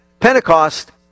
Pentecost